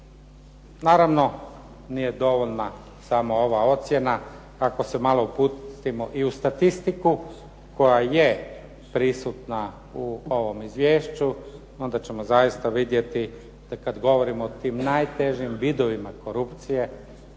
Naravno, nije dovoljna samo ova ocjena. Ako se malo upustimo i u statistiku koja je prisutna u ovom izvješću onda ćemo zaista vidjeti da kad govorimo o tim najtežim vidovima korupcije